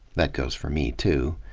that goes for me, too.